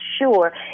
sure